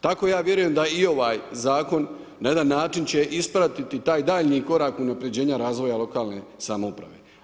Tako ja vjerujem da i ovaj zakon na jedan način će ispratiti taj daljnji korak unapređenja razvoja lokalne samouprave.